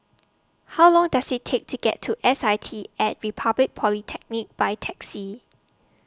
How Long Does IT Take to get to S I T At Republic Polytechnic By Taxi